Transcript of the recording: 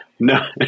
No